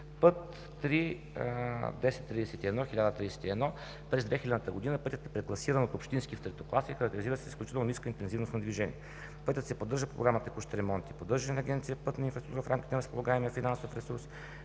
Път 3-1031, 1031, през 2000 г. пътят е класиран от общински в третокласен. Характеризира се с изключително ниска интензивност на движението. Пътят се поддържа по програма „Текущ ремонт и поддържане“ на Агенция „Пътна инфраструктура“ в рамките на разполагаемия финансов ресурс.